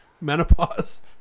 menopause